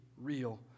real